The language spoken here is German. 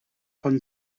von